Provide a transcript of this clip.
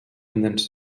pendents